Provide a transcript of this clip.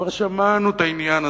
כבר שמענו את העניין הזה.